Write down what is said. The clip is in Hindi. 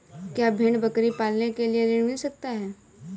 क्या भेड़ बकरी पालने के लिए ऋण मिल सकता है?